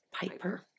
Piper